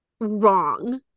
wrong